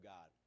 God